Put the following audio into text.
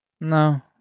No